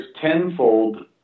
tenfold